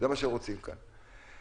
זה מה שרוצים כאן.